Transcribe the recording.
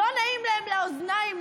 לא נעים להם לאוזניים,